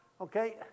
okay